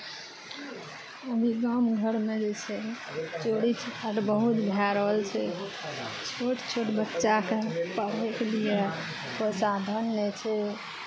अभी गाम घरमे जे छै चोरी चपाट बहुत भए रहल छै छोट छोट बच्चाके पढ़यके लिए कोइ साधन नहि छै